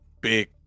big